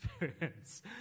experience